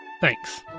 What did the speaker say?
Thanks